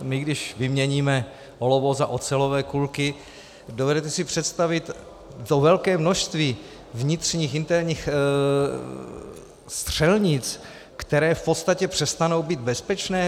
My když vyměníme olovo za ocelové kulky, dovedete si představit to velké množství vnitřních, interních střelnic, které v podstatě přestanou být bezpečné?